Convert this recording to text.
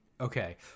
Okay